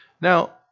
Now